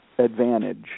advantage